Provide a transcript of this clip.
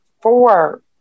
Four